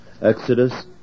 Exodus